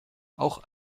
auch